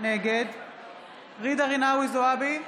נגד ג'ידא רינאוי זועבי,